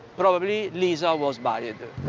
probably, lisa was buried.